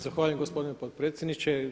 Zahvaljujem gospodine potpredsjedniče.